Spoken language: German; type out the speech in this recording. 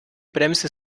bremse